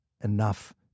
enough